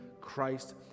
Christ